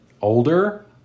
older